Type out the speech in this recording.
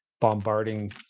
bombarding